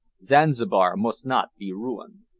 zanzibar mus' not be ruin.